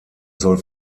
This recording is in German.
soll